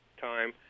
time